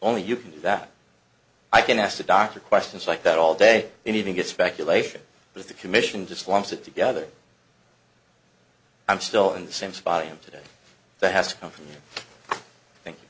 only you can do that i can ask the doctor questions like that all day and even get speculation with the commission just wants it together i'm still in the same spot him today that has come from think